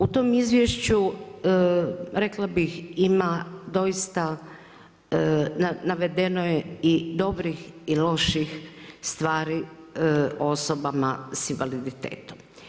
U tom izvješću rekla bih ima doista, navedeno je i dobrih i loših stvari osobama sa invaliditetom.